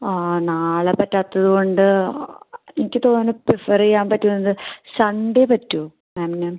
ആ നാളെ പറ്റാത്തത് കൊണ്ട് എനിക്ക് തോന്നുന്നു പ്രിഫെർ ചെയ്യാൻ പറ്റുന്നത് സൺഡേ പറ്റുമോ മാമിന്